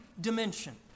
dimension